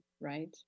right